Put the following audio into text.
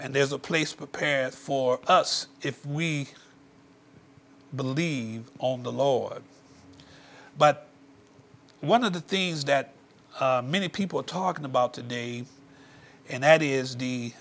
and there's a place prepared for us if we believe on the lord but one of the things that many people are talking about today and that is the